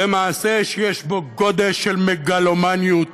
זה מעשה שיש בו גודש של מגלומניות,